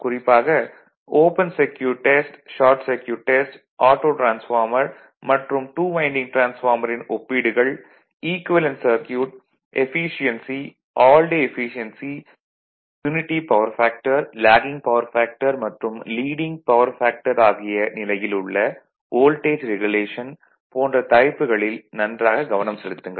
குறிப்பாக open circuit test short circuit test auto transformer மற்றும் 2 winding டிரான்ஸ்பார்மரின் ஒப்பீடுகள் equivalent circuit efficiency all day efficiency unity power factor lagging power factor leading power factor ஆகிய நிலையில் உள்ள voltage regulation போன்ற தலைப்புகளில் நன்றாக கவனம் செலுத்துங்கள்